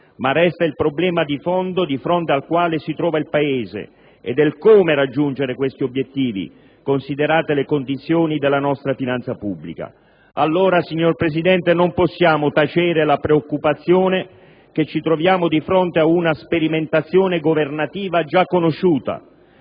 ma resta il problema di fondo di fronte al quale si trova il Paese, ed è come raggiungere questi obiettivi, considerate le condizioni della nostra finanza pubblica. Signor Presidente, non possiamo allora tacere la preoccupazione che ci troviamo di fronte ad una sperimentazione governativa già conosciuta.